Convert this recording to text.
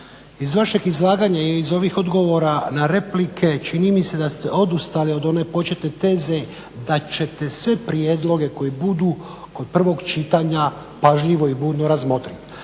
Iz vašeg izlaganja i iz ovih odgovora na replike čini mi se da ste odustali od one početne teze da ćete sve prijedloge koji budu kod prvog čitanja pažljivo i budno razmotriti.